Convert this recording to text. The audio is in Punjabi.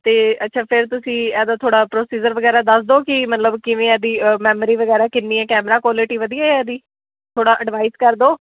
ਅਤੇ ਅੱਛਾ ਫਿਰ ਤੁਸੀਂ ਇਹਦਾ ਥੋੜ੍ਹਾ ਪ੍ਰੋਸੀਜਰ ਵਗੈਰਾ ਦੱਸ ਦਿਓ ਕਿ ਮਤਲਬ ਕਿਵੇਂ ਇਹਦੀ ਮੈਮਰੀ ਵਗੈਰਾ ਕਿੰਨੀ ਕੈਮਰਾ ਕੁਆਲਿਟੀ ਵਧੀਆ ਹੈ ਇਹਦੀ ਥੋੜ੍ਹਾ ਐਡਵਾਈਸ ਕਰ ਦਿਓ